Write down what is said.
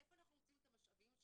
איפה אנחנו רוצים את המשאבים שלנו,